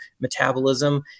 metabolism